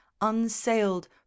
unsailed